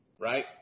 right